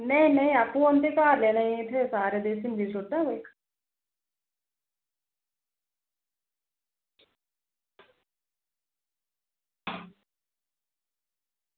नेईं नेईं आपूं औंदी घर देने ई इत्थौ सारे